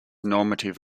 normative